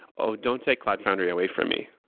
oh, don't take cloud foundry away from me,